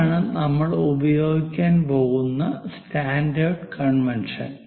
ഇതാണ് നമ്മൾ ഉപയോഗിക്കാൻ പോകുന്ന സ്റ്റാൻഡേർഡ് കൺവെൻഷൻ